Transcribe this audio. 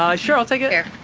um sure i'll take it. here.